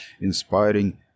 inspiring